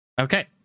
Okay